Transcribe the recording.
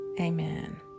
Amen